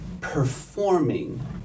performing